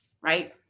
right